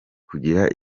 kugira